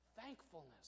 Thankfulness